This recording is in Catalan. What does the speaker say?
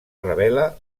revela